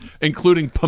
Including